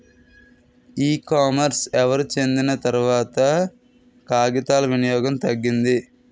ఈ కామర్స్ ఎవరు చెందిన తర్వాత కాగితాల వినియోగం తగ్గింది